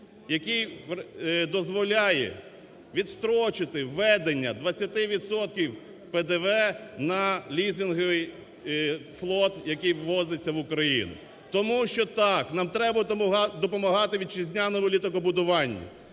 який дозволяє відстрочити введення 20 відсотків ПДВ на лізинговий флот, який ввозиться в Україну. Тому що так нам треба допомагати вітчизняному літакобудуванню,